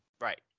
Right